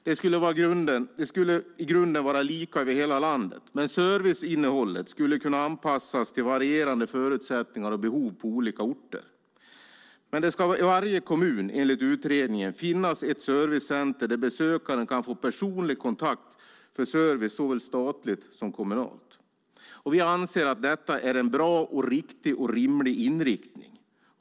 Det ska i grunden vara lika över hela landet, men serviceinnehållet skulle kunna anpassas till varierande förutsättningar och behov på olika orter. I varje kommun ska det, enligt utredningen, finnas ett servicecenter där besökaren kan få personlig kontakt för service såväl statligt som kommunalt. Vi anser att detta är en bra, riktig och rimlig inriktning.